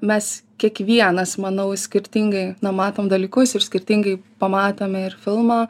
mes kiekvienas manau skirtingai na matom dalykus ir skirtingai pamatome ir filmą